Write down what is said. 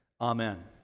Amen